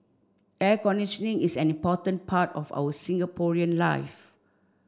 air conditioning is an important part of our Singaporean life